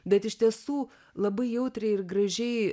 bet iš tiesų labai jautriai ir gražiai